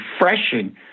refreshing